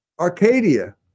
Arcadia